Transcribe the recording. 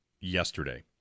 yesterday